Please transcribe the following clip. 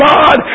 God